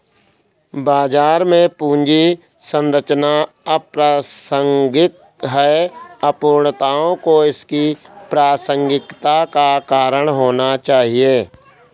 बाजार में पूंजी संरचना अप्रासंगिक है, अपूर्णताओं को इसकी प्रासंगिकता का कारण होना चाहिए